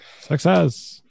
Success